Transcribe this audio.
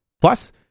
Plus